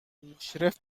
مشرف